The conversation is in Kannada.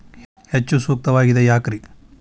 ಹೆಚ್ಚು ಸೂಕ್ತವಾಗಿದೆ ಯಾಕ್ರಿ?